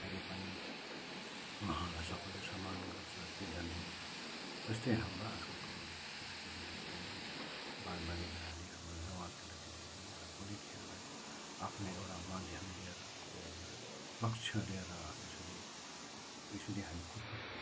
अहिले पनि उहाँहरूलाई सबैले सम्मान गर्छ इज्जत दिन्छ त्यस्तै हाम्रो आजकलको केटाकेटीहरूले पनि बालबालिकाहरूले हाम्रो जवान केटाकेटीले पनि एउटा कुनै खेललाई आफ्नो एउटा माध्यम लिएर आफ्नो एउटा लक्ष्य लिएर यसरी हामी कुद्नु